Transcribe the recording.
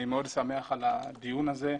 אני מאוד שמח על הדיון הזה.